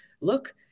look